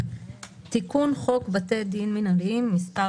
"תיקון חוק בתי דין מינהליים מס'